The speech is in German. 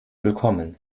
willkommen